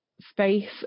space